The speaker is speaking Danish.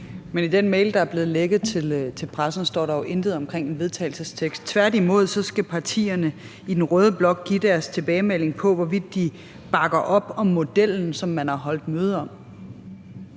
Men i den mail, der er blevet lækket til pressen, står der jo intet om et forslag til vedtagelse. Tværtimod skal partierne i den røde blok give deres tilbagemelding på, hvorvidt de bakker op om modellen, som man har holdt møde om.